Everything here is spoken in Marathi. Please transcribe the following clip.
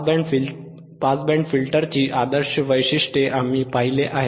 बँड पास फिल्टरची आदर्श वैशिष्ट्ये आम्ही पाहिले आहेत